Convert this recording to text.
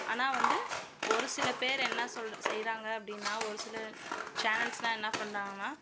ஆனால் வந்து ஒரு சில பேர் என்ன சொல் செய்கிறாங்க அப்படின்னா ஒருசில சேனல்ஸுலாம் என்ன பண்ணுறாங்கன்னா